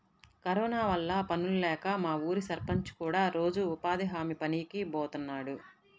corona వల్ల పనుల్లేక మా ఊరి సర్పంచ్ కూడా రోజూ ఉపాధి హామీ పనికి బోతన్నాడు